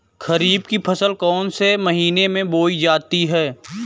खरीफ की फसल कौन से महीने में बोई जाती है?